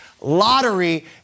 lottery